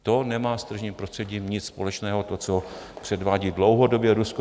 To nemá s tržním prostředím nic společného, to, co převádí dlouhodobě Rusko.